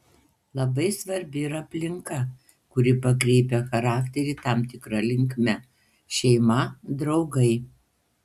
labai svarbi ir aplinka kuri pakreipia charakterį tam tikra linkme šeima draugai